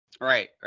Right